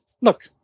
look